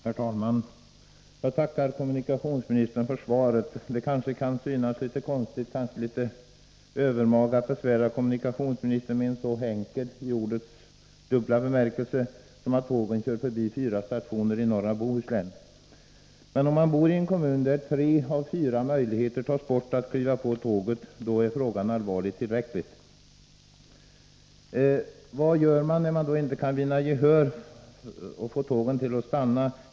Herr talman! Jag tackar kommunikationsministern för svaret. Tisdagen den Det kan kanske synas litet konstigt och övermaga att besvära kommunika 22 november 1983 tionsministern med en i ordets dubbla bemärkelse så enkel fråga som att Korsa, där ae av fyra sjöjligheter att kliva på tåget od bör, är frågan på järnvägssträctillräckligt allvarlig. Vad gör man när man inte kan få gehör för kravet att kan Göteborgtågen skall stanna?